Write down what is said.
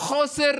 חוסר